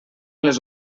les